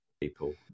people